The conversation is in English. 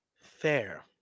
Fair